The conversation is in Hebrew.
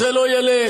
זה לא ילך,